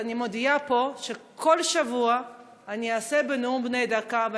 אז אני מודיעה פה שכל שבוע אתן נאום בן דקה,